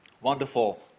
Wonderful